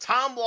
Tom